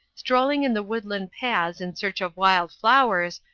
strolling in the woodland paths in search of wild flowers,